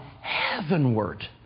heavenward